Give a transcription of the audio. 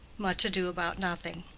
much ado about nothing.